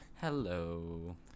Hello